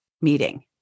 meeting